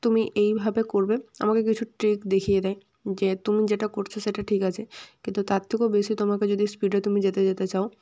তুমি এইভাবে করবে আমাকে কিছু ট্রিক দেখিয়ে দেয় যে তুমি যেটা করছো সেটা ঠিক আছে কিন্তু তার থেকেও বেশি তোমাকে যদি স্পিডে তুমি যেতে যেতে চাও